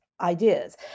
ideas